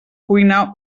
cuina